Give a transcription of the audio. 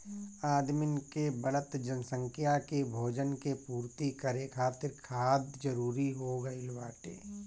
आदमिन के बढ़त जनसंख्या के भोजन के पूर्ति करे खातिर खाद जरूरी हो गइल बाटे